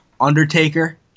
undertaker